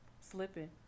slipping